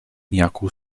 nějakou